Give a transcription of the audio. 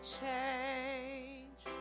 change